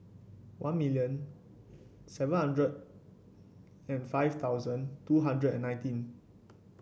one million seven hundred and five thousand two hundred and nineteen